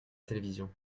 télévision